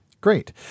Great